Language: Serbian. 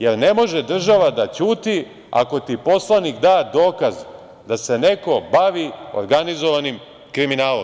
Ne može država da ćuti ako ti poslanik da dokaz da se neko bavi organizovanim kriminalom.